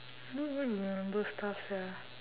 I don't even remember stuff sia